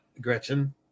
Gretchen